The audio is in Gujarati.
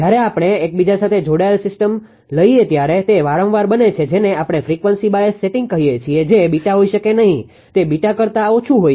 જ્યારે આપણે એકબીજા સાથે જોડાયેલ સિસ્ટમ લઈએ ત્યારે તે વારંવાર બને છે જેને આપણે ફ્રિકવન્સી બાયસ સેટિંગ કહીએ છીએ જે હોઈ શકે નહી તે કરતા ઓછું હોય છે